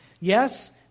Yes